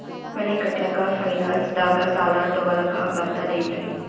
ಮನಿ ಕಟ್ಲಕ್ಕ ಫೈನಾನ್ಸ್ ದಾಗ ಸಾಲ ತೊಗೊಲಕ ಬರ್ತದೇನ್ರಿ?